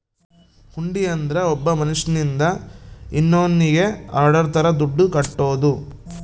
ಹುಂಡಿ ಅಂದ್ರ ಒಬ್ಬ ಮನ್ಶ್ಯನಿಂದ ಇನ್ನೋನ್ನಿಗೆ ಆರ್ಡರ್ ತರ ದುಡ್ಡು ಕಟ್ಟೋದು